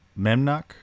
Memnock